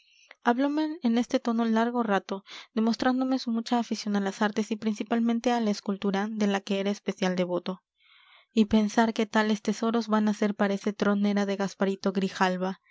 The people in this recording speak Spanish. hablome en este tono largo rato demostrándome su mucha afición a las artes y principalmente a la escultura de la que era especial devoto y pensar que tales tesoros van a ser para ese tronera de gasparito grijalva